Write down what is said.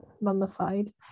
mummified